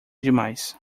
demais